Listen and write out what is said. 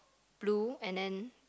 blue and then